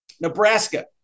Nebraska